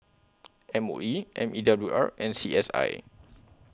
M O E N E W R and C S I